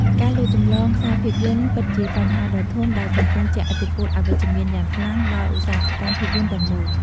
ការលួចចម្លងខ្សែភាពយន្តពិតជាបញ្ហាដ៏ធំដែលកំពុងជះឥទ្ធិពលអវិជ្ជមានយ៉ាងខ្លាំងដល់ឧស្សាហកម្មភាពយន្តទាំងមូល។